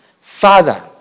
Father